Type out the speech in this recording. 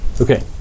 Okay